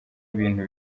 ibintu